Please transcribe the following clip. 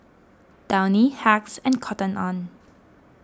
Downy Hacks and Cotton on